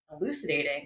elucidating